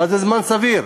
מה זה זמן סביר?